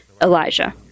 Elijah